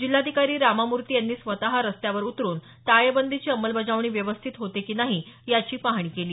जिल्हाधिकारी रामामूर्ती यांनी स्वतः रस्त्यावर उतरून टाळेबंदीची अंमलबजावणी व्यवस्थित होते की नाही याची पाहणी केली